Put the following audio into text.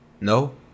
No